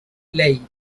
ley